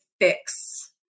fix